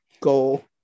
goal